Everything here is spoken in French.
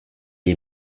est